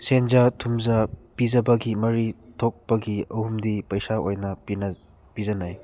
ꯁꯦꯟꯖꯥ ꯊꯨꯝꯖꯥ ꯄꯤꯖꯕꯒꯤ ꯃꯔꯤ ꯊꯣꯛꯄꯒꯤ ꯑꯍꯨꯝꯗꯤ ꯄꯩꯁꯥ ꯑꯣꯏꯅ ꯄꯤꯖꯅꯩ